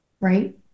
right